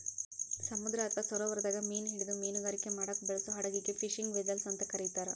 ಸಮುದ್ರ ಅತ್ವಾ ಸರೋವರದಾಗ ಮೇನಾ ಹಿಡಿದು ಮೇನುಗಾರಿಕೆ ಮಾಡಾಕ ಬಳಸೋ ಹಡಗಿಗೆ ಫಿಶಿಂಗ್ ವೆಸೆಲ್ಸ್ ಅಂತ ಕರೇತಾರ